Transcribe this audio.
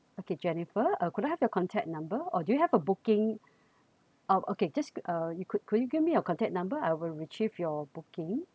okay jennifer uh could I have your contact number or do you have a booking uh okay just uh you could could you give me your contact number I will retrieve your booking